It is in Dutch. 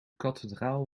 kathedraal